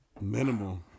Minimal